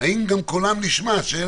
האם גם קולם נשמע?